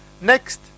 Next